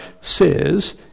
says